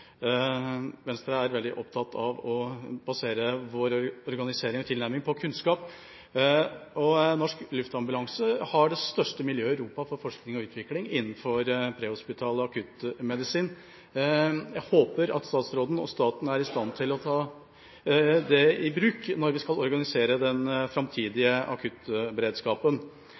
Venstre er veldig opptatt av å basere vår organisering og tilnærming på kunnskap. Norsk Luftambulanse har det største miljøet i Europa på forskning og utvikling innenfor prehospital akuttmedisin. Jeg håper at statsråden og staten er i stand til å ta det i bruk når vi skal organisere den framtidige akuttberedskapen.